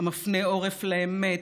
המפנה עורף לאמת,